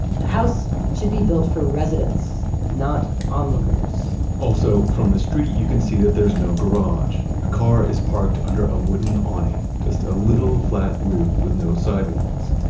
the house should be built for residents, not onlookers also, from the street you can see that there's no garage. a car is parked under a wooden awning, just a little flat roof with no sidewalls.